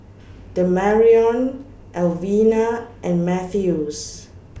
Demarion Alvena and Mathews